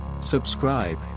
Subscribe